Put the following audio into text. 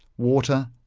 water,